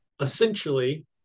essentially